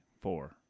four